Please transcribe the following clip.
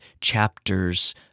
chapters